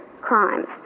crimes